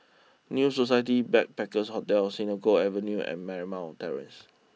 new Society Backpackers' Hotel Senoko Avenue and Marymount Terrace